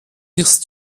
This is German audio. nichts